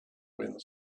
wind